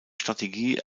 strategie